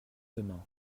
demain